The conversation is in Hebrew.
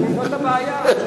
זאת הבעיה.